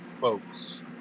folks